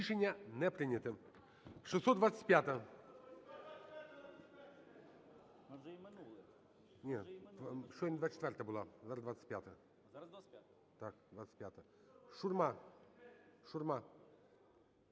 Рішення не прийнято.